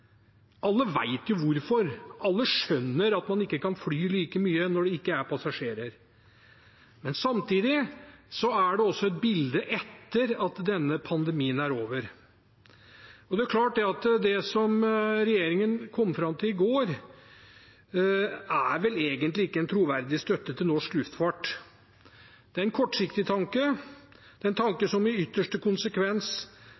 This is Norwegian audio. hvorfor, alle skjønner at man ikke kan fly like mye når det ikke er passasjerer. Men samtidig er det også et bilde etter at denne pandemien er over. Det som regjeringen kom fram til i går, er vel egentlig ikke en troverdig støtte til norsk luftfart. Det er en kortsiktig tanke,